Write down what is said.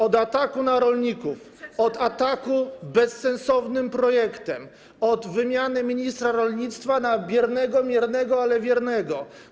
od ataku na rolników, od ataku bezsensownym projektem, od wymiany ministra rolnictwa na biernego, miernego, ale wiernego.